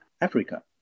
Africa